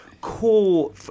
core